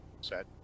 set